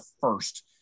first